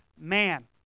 man